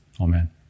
Amen